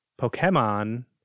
Pokemon